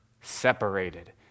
separated